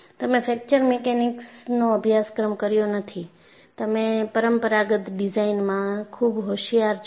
તમે ફ્રેક્ચર મિકેનિક્સનો અભ્યાસક્રમ કર્યો નથી તમે પરમપરાગત ડિઝાઇનમાં ખુબ હોશિયાર છો